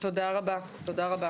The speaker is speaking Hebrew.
תודה רבה.